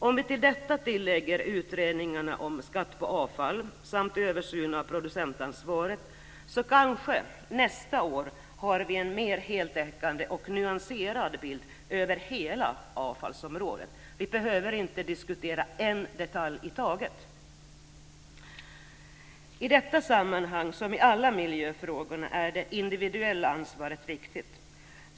Om vi till detta lägger utredningarna om skatter på avfall och översynen av producentansvaret kan vi kanske nästa år ha en mer heltäckande och nyanserad bild av hela avfallsområdet. Vi behöver då inte diskutera en detalj i taget. I detta sammanhang, som när det gäller alla miljöfrågor, är det individuella ansvaret viktigt.